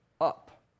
up